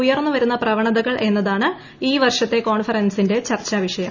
ഉയർന്നുവരുന്ന പ്രവണതകൾ എന്നതാണ് ഈ വർഷത്തെ കോൺഫറൻസിന്റെ ചർച്ചാവിഷയം